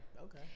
okay